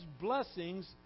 blessings